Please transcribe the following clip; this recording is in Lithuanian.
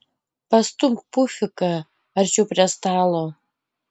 pastumk pufiką arčiau prie stalo